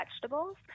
vegetables